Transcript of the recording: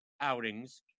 outings